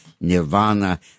nirvana